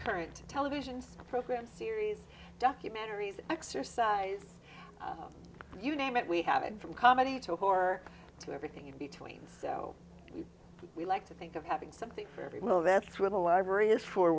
current television programs series documentaries exercise you name it we have it from comedy to whore to everything in between so we like to think of having something for every well that's where the library is for